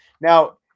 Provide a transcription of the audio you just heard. now